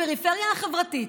הפריפריה החברתית,